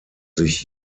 sich